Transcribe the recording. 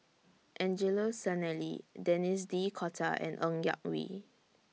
Angelo Sanelli Denis D'Cotta and Ng Yak Whee